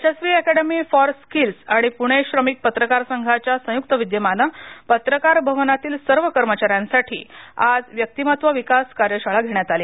Yashasvi academy for skills आणि पुणे श्रमिक पत्रकार संघाच्या संयुक्त विद्यमाने पत्रकार भवनातील सर्व कर्मचाऱ्यांसाठी आज व्यक्तिमत्व विकास कार्यशाळा घेण्यात आली